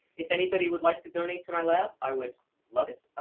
if anybody would like to donate to my lab, i would love it.